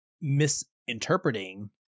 misinterpreting